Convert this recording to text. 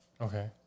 Okay